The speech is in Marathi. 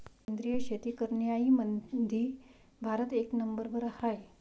सेंद्रिय शेती करनाऱ्याईमंधी भारत एक नंबरवर हाय